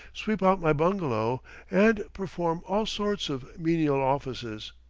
sweep out my bungalow and perform all sorts of menial offices.